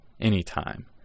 Anytime